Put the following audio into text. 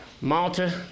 Malta